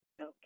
Okay